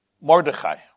Mordechai